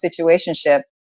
situationship